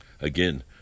Again